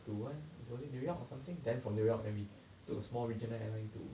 to where was it new york or something then from new york then we took a small regional airline to